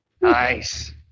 Nice